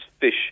fish